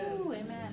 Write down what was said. Amen